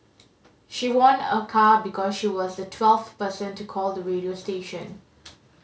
she won a car because she was the twelfth person to call the radio station